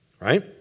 right